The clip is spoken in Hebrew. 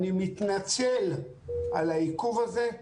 אני מתנצל על העיכוב הזה,